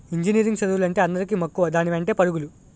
engineering చదువులంటే అందరికీ మక్కువ దాని వెంటే పరుగులు